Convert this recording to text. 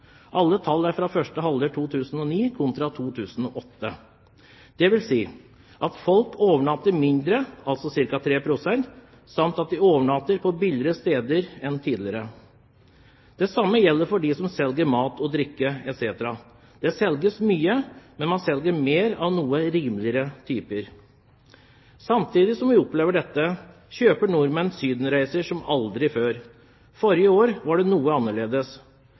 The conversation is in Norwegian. Alle tall er fra første halvår 2009 – kontra 2008. Det vil si at folk overnatter mindre, altså ca. 3 pst., samt at de overnatter på billigere steder enn tidligere. Det samme gjelder for dem som selger mat og drikke etc. Det selges mye, men man selger mer av typer som er noe rimeligere. Samtidig som vi opplever dette, kjøper nordmenn sydenreiser som aldri før, forrige år var det noe annerledes.